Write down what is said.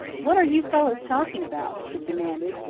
what are you fellows talking about? it demanded,